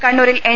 കണ്ണൂരിൽ എൻ